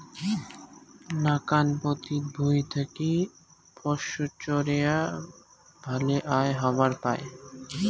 নাকান পতিত ভুঁই থাকি পশুচরেয়া ভালে আয় হবার পায়